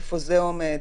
איפה זה עומד?